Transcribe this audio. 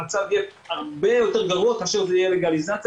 המצב יהיה הרבה יותר גרוע כאשר תהיה לגליזציה